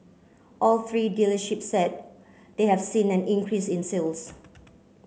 all three dealerships said they have seen an increase in sales